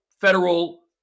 federal